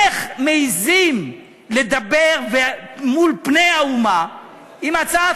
איך מעזים לדבר מול פני האומה עם הצעת